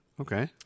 Okay